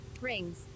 rings